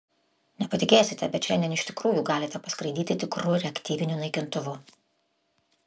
nepatikėsite bet šiandien iš tikrųjų galite paskraidyti tikru reaktyviniu naikintuvu